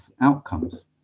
outcomes